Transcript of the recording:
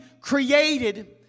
created